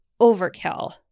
overkill